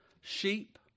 Sheep